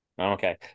Okay